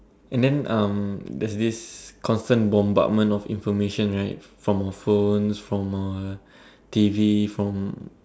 and then um there's this constant bombardment of information right from our phones from our T_V from